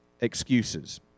Excuses